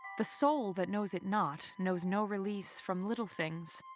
the soul that knows it not knows no release from little things,